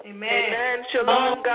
Amen